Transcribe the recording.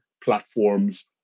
platforms